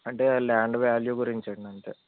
అంటే land value గురించి అండి అంతే